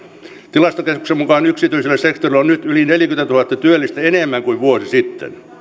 tilastokeskuksen mukaan yksityisellä sektorilla on nyt yli neljäkymmentätuhatta työllistä enemmän kuin vuosi sitten